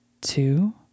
two